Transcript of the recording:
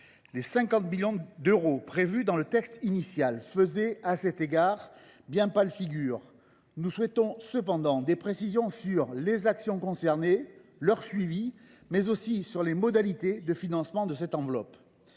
Les 50 millions d’euros prévus dans le texte initial faisaient, à cet égard, bien pâle figure. Nous souhaiterions cependant des précisions sur les actions concernées et leur suivi, mais aussi sur les modalités de financement de cette enveloppe.